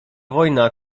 wojna